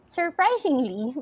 surprisingly